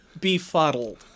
befuddled